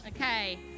Okay